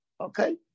okay